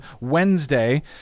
Wednesday